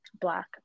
Black